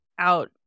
out